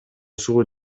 суу